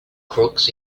crooks